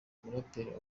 muraperi